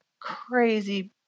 crazy